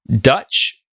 Dutch